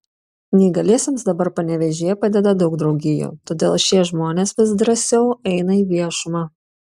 neįgaliesiems dabar panevėžyje padeda daug draugijų todėl šie žmonės vis drąsiau eina į viešumą